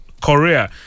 Korea